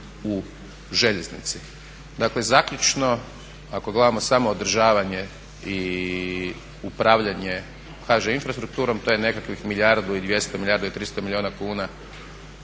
u željeznici. Dakle zaključno, ako gledamo samo održavanje i upravljanje HŽ infrastrukturom to je nekakvih milijardu i 200, milijardu i 300 milijuna kuna